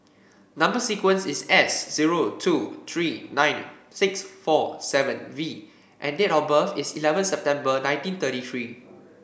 number sequence is S zero two three nine six four seven V and date of birth is eleven September nineteen thirty three